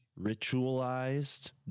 ritualized